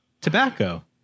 Tobacco